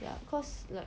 ya cause like